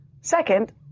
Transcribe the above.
Second